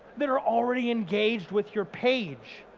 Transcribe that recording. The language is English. that are already engaged with your page.